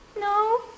No